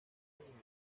limitaba